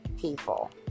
people